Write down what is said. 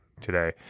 today